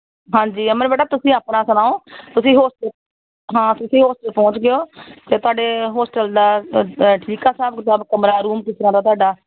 ਹਾਂਜੀ ਅਮਰ ਬੇਟਾ ਤੁਸੀਂ ਆਪਣਾ ਸੁਣਾਓ ਤੁਸੀਂ ਹੋਸਟਲ ਹਾਂ ਤੁਸੀਂ ਹੋਸਟਲ ਪਹੁੰਚ ਗਏ ਹੋ ਤਾਂ ਤੁਹਾਡੇ ਹੋਸਟਲ ਦਾ ਅ ਬ ਅ ਠੀਕ ਆ ਹਿਸਾਬ ਕਿਤਾਬ ਕਮਰਾ ਰੂਮ ਕਿਸ ਤਰ੍ਹਾਂ ਦਾ ਤੁਹਾਡਾ